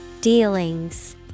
Dealings